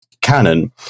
canon